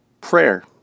prayer